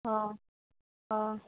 অঁ অঁ